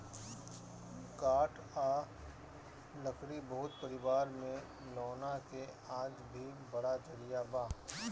काठ आ लकड़ी बहुत परिवार में लौना के आज भी बड़ा जरिया बा